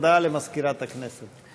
הודעה למזכירת הכנסת.